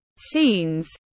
scenes